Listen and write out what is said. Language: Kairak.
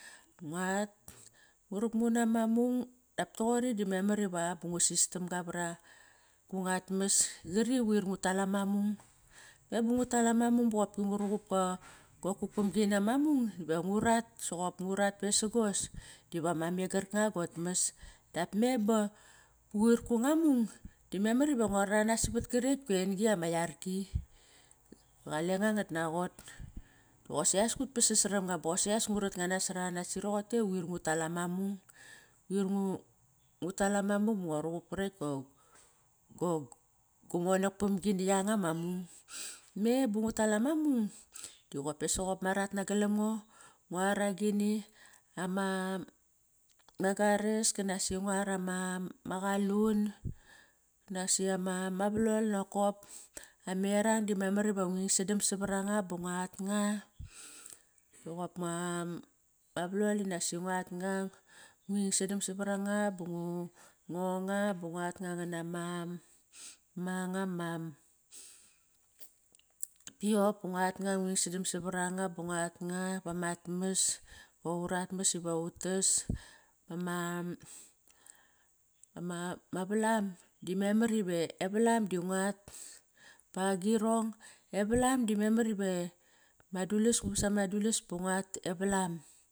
Nguat ngu ruk mu nama mung, dap toqori do memar iva ngu sis tamga vara gungat mas qari quir ngu tal ama mung. Me ba ngu tal ama mung ba qop ngu ruqup gua kukpom gi nama mung, ve ngurat, soqop ngu rat pesagos diva ma meng karkanga guat mas Dap me ba quir gunga mung da memar iva ngua roranas na vat karekt gueng-gi ama yarki. Qalenga ngat naqot, qosias ngu pasas saram nga bosias ngu rat nga nasar anas, roqote i quir ngut tal ama mung. Quir ngu tal ama mung ba ngua ruqup karekt gu monak pamgi ni yanga ma mung. Me ba ngut tal ama mung, diqop pe soqop ma rat nagalam ngo. Nguar agini, ama garas kinak si nguar ama qalun naksi ama valol nokop. Ama erang di memar iva ngu ing sadam savar anga ba nguat nga. Ma valol inak saqi nguat nga, ngu ing sadam savar anga bungu ngonga ba nguat nga ngana ma tapiok ba nguat nga. Nguing sadam savar anga ba nguat nga vamat mas. Va urat mas iva utas. Ama valam di memar ive. e valam di nguat bagirong. E valam di memar ive ma dulas ngu vas ama dulas ba nguat e valam